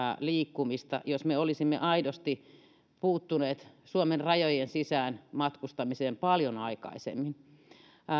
liikkumista jos me olisimme aidosti puuttuneet suomen rajojen sisään matkustamiseen paljon aikaisemmin